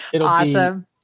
Awesome